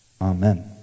Amen